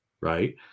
right